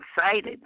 excited